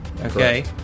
Okay